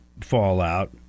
fallout